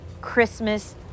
Christmas